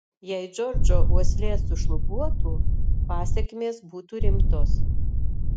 jei džordžo uoslė sušlubuotų pasekmės būtų rimtos